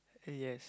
uh yes